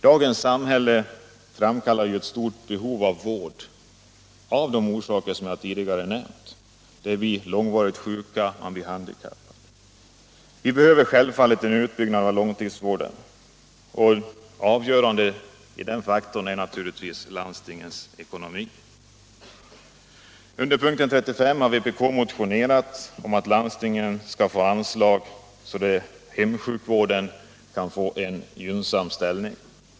Dagens samhälle framkallar ett stort behov av vård, av orsaker som jag tidigare nämnde. Människor blir långvarigt sjuka och handikappade, och vi behöver självfallet bygga ut långtidssjukvården. Avgörande därvidlag är naturligtvis landstingens ekonomi. Under punkten 35 i utskottets betänkande redovisas vpk-motionen nr 140 om att landstingen skall få sådana anslag att jämlikhet kan åstadkommas för alla som erhåller hemsjukvård.